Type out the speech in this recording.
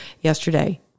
yesterday